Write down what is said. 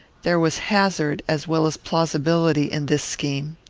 there was hazard, as well as plausibility, in this scheme.